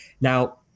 Now